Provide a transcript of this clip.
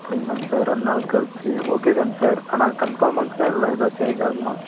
அப்படிங்களாங்க sir ரெண்டு நாள் கழிச்சு ஓகே தாங்க சார் ஆனால் கன்ஃபார்மாங்க சார் இல்லை ஏதாவது சேஞ்ச் ஆகுமா